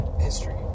history